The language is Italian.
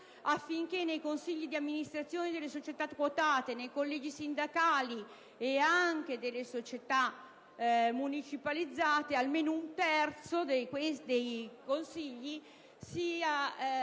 affinché nei consigli di amministrazione delle società quotate, nei collegi sindacali e anche nelle società municipalizzate almeno un terzo dei componenti sia